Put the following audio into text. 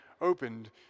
opened